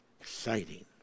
exciting